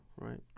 right